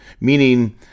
Meaning